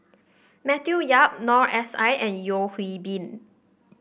Matthew Yap Noor S I and Yeo Hwee Bin